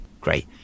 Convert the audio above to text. Great